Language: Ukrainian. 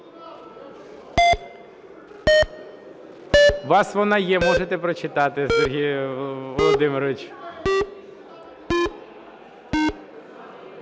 вас вона є, можете прочитати, Сергій Володимирович.